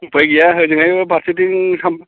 उफाय गैया ओजोंहाय फारसेथिं